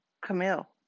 Camille